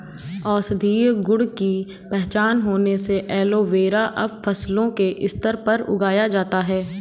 औषधीय गुण की पहचान होने से एलोवेरा अब फसलों के स्तर पर उगाया जाता है